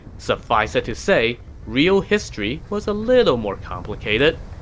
suffice it to say, real history was a little more complicated.